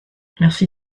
merci